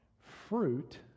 Fruit